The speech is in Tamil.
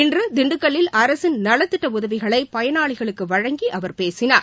இன்று திண்டுக்கல்லில் அரசின் நலத்திட்ட உதவிகளை பயனாளிகளுக்கு வழங்கி அவர் பேசினார்